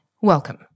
welcome